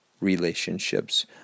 relationships